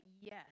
yes